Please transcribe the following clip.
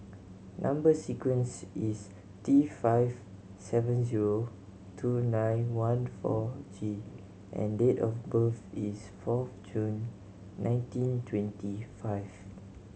number sequence is T five seven zero two nine one four G and date of birth is four June nineteen twenty five